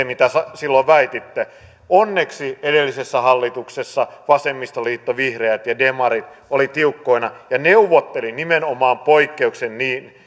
mitä silloin väititte onneksi edellisessä hallituksessa vasemmistoliitto vihreät ja demarit olivat tiukkoina ja neuvottelivat nimenomaan poikkeuksen niin